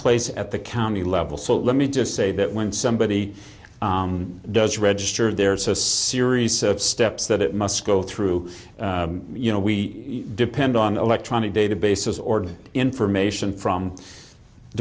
place at the county level so let me just say that when somebody does register there's a series of steps that it must go through you know we depend on electronic databases or information from the